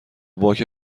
باک